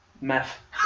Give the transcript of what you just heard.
Meth